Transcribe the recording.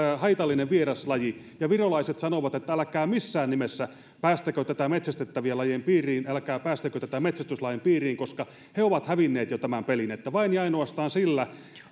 haitallinen vieraslaji ja virolaiset sanovat että älkää missään nimessä päästäkö tätä metsästettävien lajien piiriin älkää päästäkö tätä metsästyslain piiriin koska he ovat hävinneet jo tämän pelin vain ja ainoastaan sillä